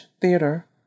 theater